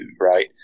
right